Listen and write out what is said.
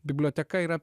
biblioteka yra